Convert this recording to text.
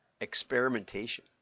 experimentation